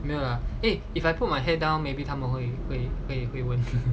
没有 lah it if I put my head down maybe 他们会会会问